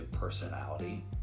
personality